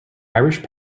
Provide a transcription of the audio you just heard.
irish